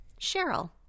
Cheryl